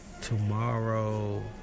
tomorrow